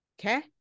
Okay